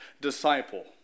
disciple